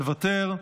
מוותר,